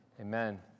Amen